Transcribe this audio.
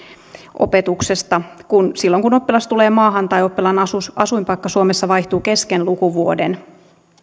opetuksesta silloin kun oppilas tulee maahan tai oppilaan asuinpaikka suomessa vaihtuu kesken lukuvuoden